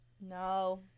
No